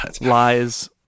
lies